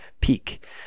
peak